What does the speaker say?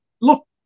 look